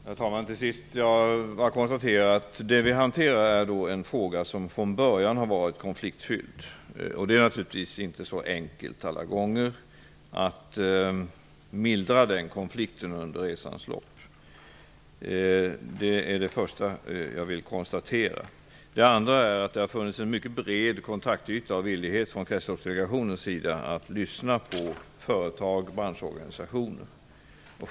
Herr talman! Till sist vill jag bara konstatera att det vi hanterar är en fråga som redan från början har varit konfliktfylld. Det är naturligtvis inte så enkelt alla gånger att mildra konflikten under resans lopp. Det har funnits en mycket bred kontaktyta och stor villighet från Kretsloppsdelegationens sida att lyssna på företag och branschorganisationer.